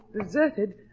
deserted